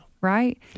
Right